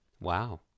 Wow